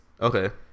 Okay